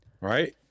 right